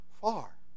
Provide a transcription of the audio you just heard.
far